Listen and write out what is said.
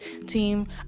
team